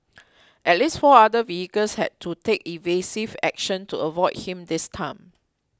at least four other vehicles had to take evasive action to avoid him this time